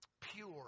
pure